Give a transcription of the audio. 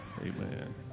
Amen